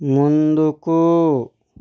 ముందుకు